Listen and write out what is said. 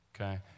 Okay